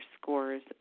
scores